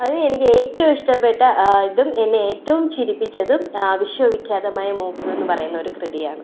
അത് എനിക്ക് ഏറ്റവും ഇഷ്ടപ്പെട്ട ഇതും എന്നെ ഏറ്റവും ചിരിപ്പിച്ചതും വിശ്വവിഖ്യാതമായ മൂക്കെന്ന് പറയുന്ന ഒരു കൃതിയാണ്